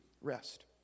rest